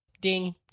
Ding